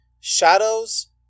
Shadows